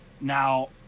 Now